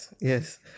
Yes